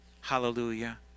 hallelujah